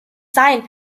sein